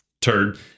turd